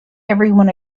everyone